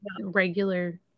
regular